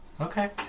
Okay